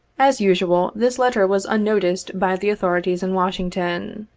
as usual, this letter was unnoticed by the authorities in washington.